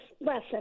lesson